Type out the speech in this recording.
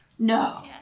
No